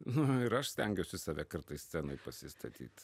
nu ir aš stengiuosi save kartais scenoj pasistatyt